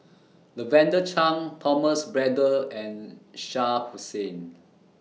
Lavender Chang Thomas Braddell and Shah Hussain